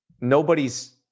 nobody's